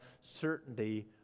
certainty